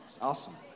awesome